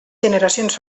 generacions